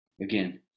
Again